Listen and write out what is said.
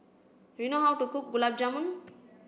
do you know how to cook Gulab Jamun